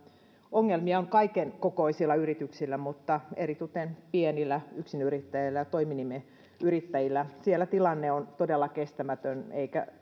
ongelmia on kaiken kokoisilla yrityksillä mutta eritoten pienillä yksinyrittäjillä ja toiminimiyrittäjillä siellä tilanne on todella kestämätön eikä